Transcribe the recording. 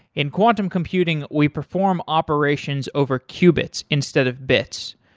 in quantum computing we perform operations over qubits instead of bits.